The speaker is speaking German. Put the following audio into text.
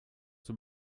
zur